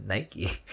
Nike